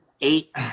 eight